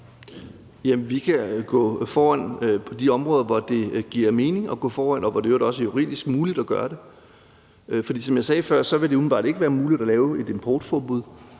vi kan gå foran på de områder, hvor det giver mening at gå foran, og hvor det i øvrigt også er juridisk muligt at gøre det. For som jeg sagde før, vil det umiddelbart ikke være muligt at lave et importforbud.